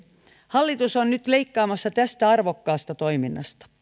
hallitus on nyt leikkaamassa tästä arvokkaasta toiminnasta